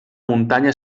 muntanya